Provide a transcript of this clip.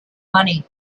money